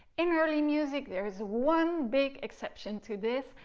in early music, there is one big exception to this,